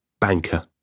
banker